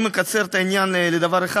אם נקצר את העניין לדבר אחד,